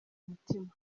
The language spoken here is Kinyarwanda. umutima